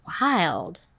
wild